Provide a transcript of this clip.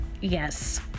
Yes